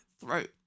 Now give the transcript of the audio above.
throat